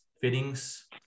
fittings